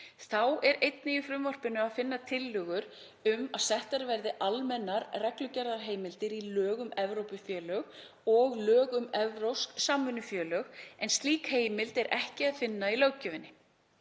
Þá er einnig í frumvarpinu að finna tillögur um að settar verði almennar reglugerðarheimildir í lög um Evrópufélög og lög um evrópsk samvinnufélög, en slíka heimild er ekki að finna í löggjöfinni.